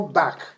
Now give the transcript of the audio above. back